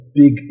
big